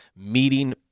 meeting